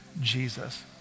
Jesus